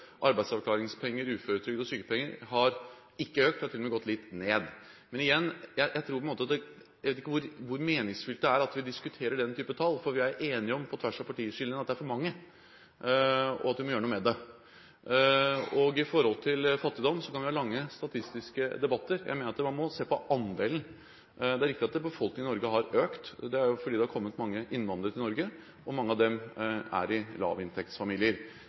arbeidsavklaringspenger, uføretrygd og sykepenger, ikke har økt – den har til og med gått litt ned. Men igjen: Jeg vet ikke hvor meningsfylt det er at vi diskuterer den type tall, for vi er enige om, på tvers av partiskillene, at det er for mange, og at vi må gjøre noe med det. Når det gjelder fattigdom, kan vi ha lange, statistiske debatter. Jeg mener at man må se på andelen. Det er riktig at befolkningen i Norge har økt. Det er fordi det har kommet mange innvandrere til Norge, og mange av dem er i lavinntektsfamilier.